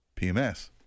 PMS